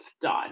done